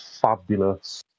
fabulous